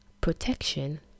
protection